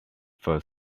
for